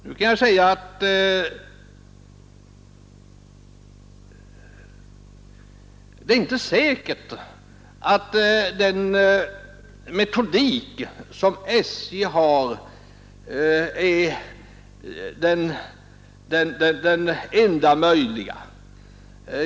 Jag vill också säga att det inte är säkert att den metodik som SJ tillämpar är den enda möjliga.